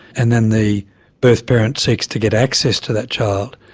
and then the birth parent seeks to get access to that child,